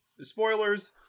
spoilers